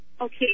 Okay